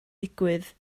digwydd